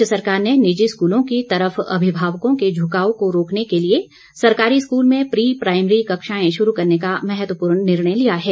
प्रदेश सरकार ने निजी स्कूलों की तरफ अभिभावकों के झुकाव को रोकने के लिए सरकार ने सरकारी स्कूल में प्री प्राईमरी कक्षाएं शुरू करने का महत्वपूर्ण निर्णय लिया है